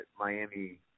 Miami